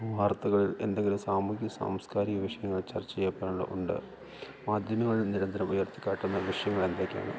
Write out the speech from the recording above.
വാർത്തകളിൽ എന്തെങ്കിലും സാമൂഹ്യ സാംസ്കാരിക വിഷയങ്ങൾ ചർച്ച ചെയ്യപ്പെടേണ്ട ഉണ്ട് മാധ്യമങ്ങളിൽ നിരന്തരം ഉയർത്തിക്കാട്ടുന്ന വിഷയങ്ങൾ എന്തൊക്കെയാണ്